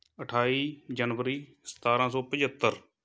ਅਠਾਈ ਜਨਵਰੀ ਸਤਾਰ੍ਹਾਂ ਸੌ ਪਚੱਤਰ